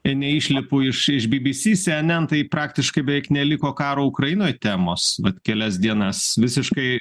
neišlipu iš iš bbc cnn tai praktiškai beveik neliko karo ukrainoj temos vat kelias dienas visiškai